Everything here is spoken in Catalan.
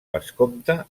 vescomte